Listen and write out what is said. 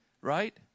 Right